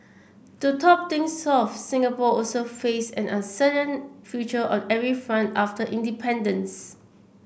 to top things off Singapore also faced an uncertain future on every front after independence